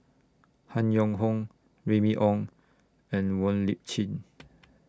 Han Yong Hong Remy Ong and Wong Lip Chin